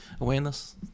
awareness